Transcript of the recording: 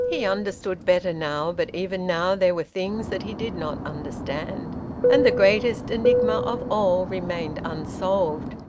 he understood better now, but even now there were things that he did not understand and the greatest enigma of all remained unsolved,